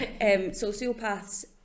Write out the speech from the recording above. sociopaths